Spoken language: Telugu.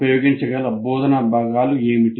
మీరు ఉపయోగించగల బోధనా భాగాలు ఏమిటి